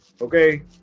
Okay